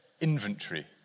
inventory